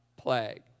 plague